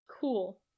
Cool